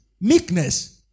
meekness